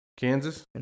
Kansas